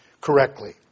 correctly